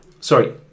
sorry